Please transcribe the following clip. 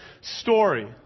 story